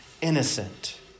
innocent